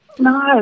No